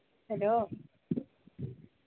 hello